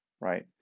right